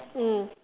mm